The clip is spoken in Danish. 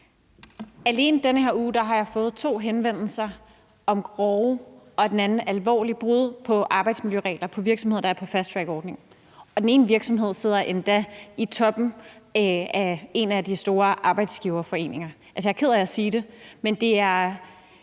Alene denne her uge har jeg fået to henvendelser om grove – og for den enes vedkommende alvorlige – brud på arbejdsmiljøregler på virksomheder, der er på fasttrackordningen, og den ene virksomhed sidder endda i toppen af en af de store arbejdsgiverforeninger. Jeg er ked af at sige det, men det er